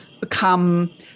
become